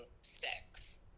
sex